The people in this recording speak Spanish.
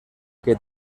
que